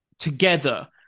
together